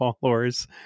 followers